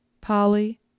Polly